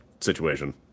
situation